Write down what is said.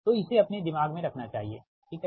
तो इसे अपने दिमाग में रखना चाहिए ठीक है